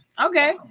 okay